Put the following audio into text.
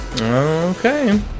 Okay